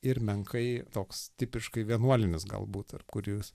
ir menkai toks tipiškai vienuolinis galbūt ir kuris